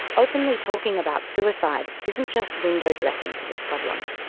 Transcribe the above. openly talking about suicide isn't just window-dressing to this problem.